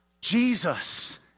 Jesus